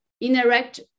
interact